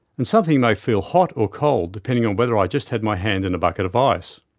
and something may feel hot or cold depending on whether i just had my hand in a bucket of ice.